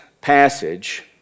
passage